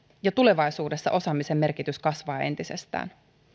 ja tulevaisuudessa osaamisen merkitys kasvaa entisestään